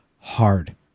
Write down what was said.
hard